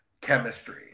chemistry